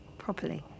properly